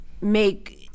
make